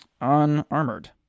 Unarmored